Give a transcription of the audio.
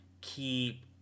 keep